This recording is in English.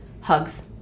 hugs